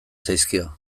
zaizkio